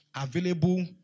available